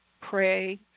pray